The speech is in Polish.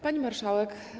Pani Marszałek!